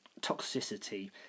toxicity